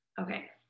Okay